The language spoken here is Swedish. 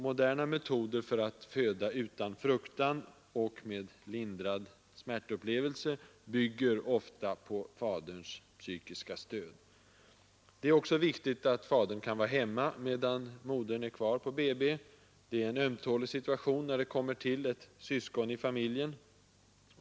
Moderna metoder för att föda utan fruktan och med lindrad smärtupplevelse bygger ofta på faderns psykiska stöd. Det är också viktigt att fadern kan vara hemma medan modern är på BB. Det är en ömtålig situation när ett syskon kommer till i familjen.